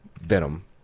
Venom